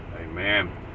Amen